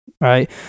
right